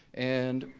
and,